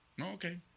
Okay